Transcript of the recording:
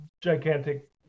gigantic